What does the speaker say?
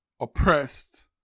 oppressed